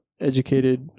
educated